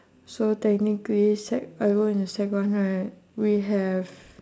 so technically sec I go into sec one right we have